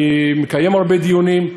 אני מקיים הרבה דיונים,